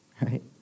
Right